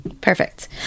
Perfect